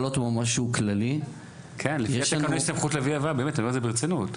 אומר את זה ברצינות.